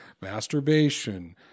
masturbation